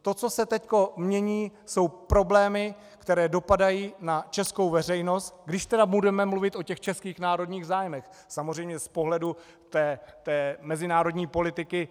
To, co se teď mění, jsou problémy, které dopadají na českou veřejnost, když tedy budeme mluvit o českých národních zájmech samozřejmě z pohledu mezinárodní politiky.